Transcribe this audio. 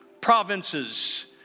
Provinces